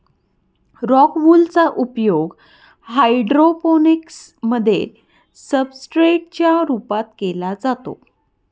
rock wool चा उपयोग hydroponics मध्ये सब्सट्रेट च्या रूपात केला जातो